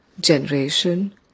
generation